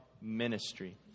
ministry